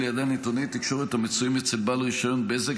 לידיה נתוני תקשורת המצויים אצל בעל רישיון בזק